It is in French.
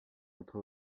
notre